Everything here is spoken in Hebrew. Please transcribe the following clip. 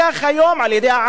על-ידי העם המצרי,